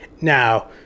Now